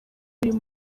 uyu